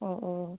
ഓ ഓ